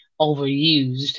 overused